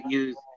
use